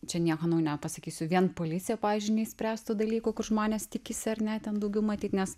čia nieko naujo nepasakysiu vien policija pavyzdžiui neišspręstų dalykų kur žmonės tikisi ar ne ten daugiau matyt nes